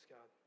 God